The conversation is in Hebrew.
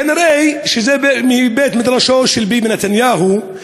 כנראה זה מבית-מדרשו של ביבי נתניהו,